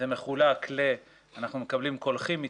אמורים להעביר היום את התקנות האלה ולקיים דיון בהתאם להערות שנקבל.